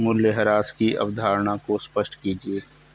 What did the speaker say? मूल्यह्रास की अवधारणा को स्पष्ट कीजिए